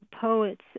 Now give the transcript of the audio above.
poets